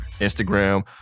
Instagram